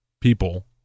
people